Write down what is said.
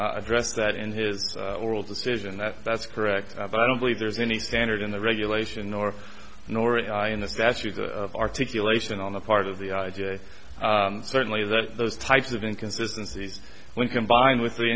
address that in his oral decision that that's correct but i don't believe there's any standard in the regulation or nor in the factory articulation on the part of the idea certainly that those types of inconsistency when combined with the